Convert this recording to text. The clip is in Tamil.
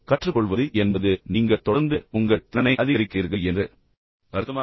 கற்றுக்கொள்வது என்பது நீங்கள் தொடர்ந்து உங்கள் திறனை அதிகரிக்கிறீர்கள் என்று அர்த்தமா